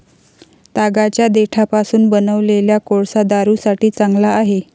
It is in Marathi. तागाच्या देठापासून बनवलेला कोळसा बारूदासाठी चांगला आहे